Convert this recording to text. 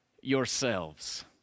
yourselves